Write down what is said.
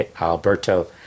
Alberto